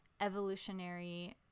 evolutionary